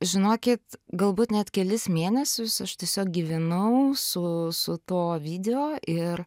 žinokit galbūt net kelis mėnesius aš tiesiog gyvenau su su tuo video ir